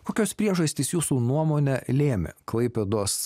kokios priežastys jūsų nuomone lėmė klaipėdos